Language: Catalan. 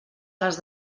les